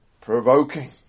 provoking